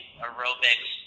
aerobics